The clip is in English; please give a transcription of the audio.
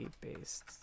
based